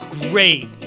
great